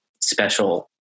special